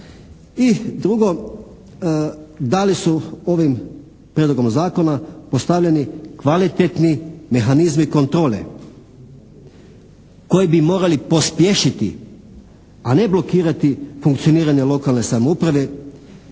drugo, da li su ovim Prijedlogom zakona postavljeni kvalitetni mehanizmi kontrole koji bi morali pospješiti a ne blokirati funkcioniranje lokalne samouprave